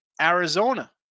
Arizona